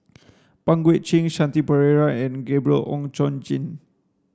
Pang Guek Cheng Shanti Pereira and Gabriel Oon Chong Jin